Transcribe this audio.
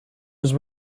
was